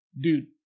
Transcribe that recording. Dude